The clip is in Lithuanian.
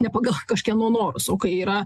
ne pagal kažkieno norus o kai yra